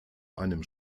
einem